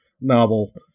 novel